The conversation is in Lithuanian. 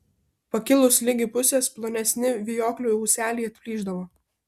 pakilus ligi pusės plonesni vijoklių ūseliai atplyšdavo